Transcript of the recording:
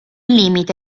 limite